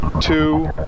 two